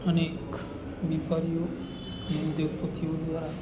અનેક વેપારીઓ અને ઉદ્યોગપતિઓ દ્વારા